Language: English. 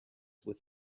with